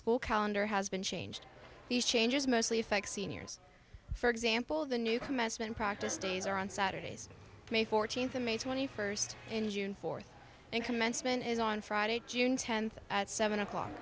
school calendar has been changed these changes mostly affect seniors for example the new commencement practice days are on saturdays may fourteenth of may twenty first in june fourth and commencement is on friday june tenth at seven o'clock